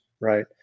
right